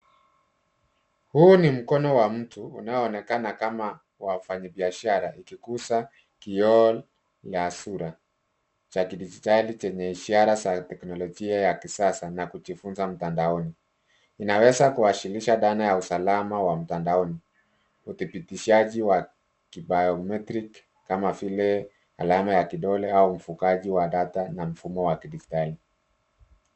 Huu ni mkono wa mtu, unaoonekana kama wamfanyibiashara ikigusa kioo ya sura cha kidijitali chenye ishara za teknolojia ya kisasa na kujifunza mtandaoni. Inaweza kuwasilisha dhana ya usalama wa mtandaoni, udhibitishaji wa ki biometric kama vile alama ya kidole au mfugaji wa data na mfumo wa kidijitali.